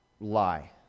lie